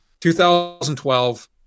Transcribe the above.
2012